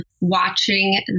watching